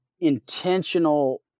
intentional